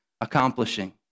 accomplishing